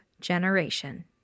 generation